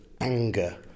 anger